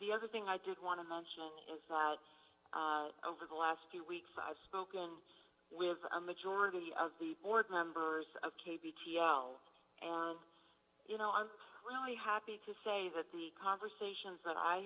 the other thing i did want to mention is that over the last two weeks i've spoken with a majority of the board members of k b t l and you know i'm really happy to say that the conversations that i